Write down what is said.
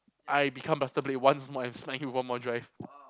I become buster blade once more and smack him with one more drive